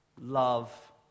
love